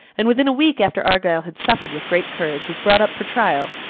and within a week after argyle had suffered with great courage, was brought up for trial,